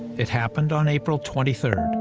it happened on april twenty three.